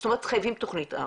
זאת אומרת חייבים תכנית אב.